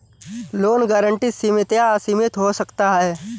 loan guarantee सीमित या असीमित हो सकता है